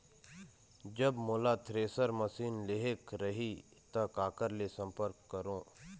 जब मोला thresher machine लेहेक रही ता काकर ले संपर्क करों?